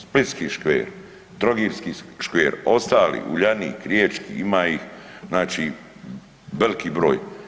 Splitski škver, trogirski škver ostali Uljanik, riječki ima ih znači veliki broj.